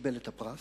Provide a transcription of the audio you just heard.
שקיבל את הפרס.